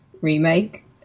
remake